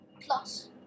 Plus